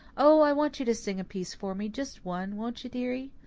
oh, i want you to sing a piece for me just one, won't you, dearie?